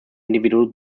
individual